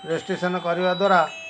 restriction କରିବା ଦ୍ଵାରା